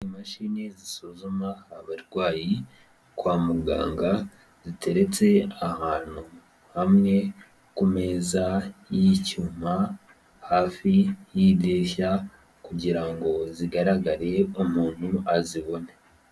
Imashini zisuzuma abarwayi kwa muganga, ziteretse ahantu hamwe kumeza y'icyuma hafi yidirishya kugira ngo zigaragarire umuntu azibone.